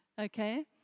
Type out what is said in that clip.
okay